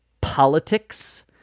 politics